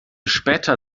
später